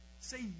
Say